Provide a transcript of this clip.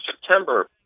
September